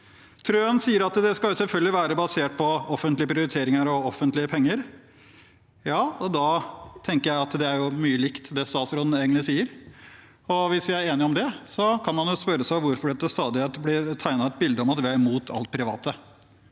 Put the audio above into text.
Trøen sier at det selvfølgelig skal være basert på offentlige prioriteringer og offentlige penger. Ja, da tenker jeg at det er mye likt det statsråden egentlig sier. Hvis vi er enige om det, kan man spørre seg hvorfor det til stadighet blir tegnet et bilde av at vi er mot alt det private.